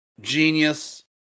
genius